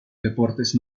deportes